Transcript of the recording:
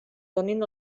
donin